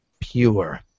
pure